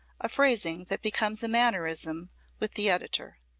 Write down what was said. a phrasing that becomes a mannerism with the editor.